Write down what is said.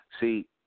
See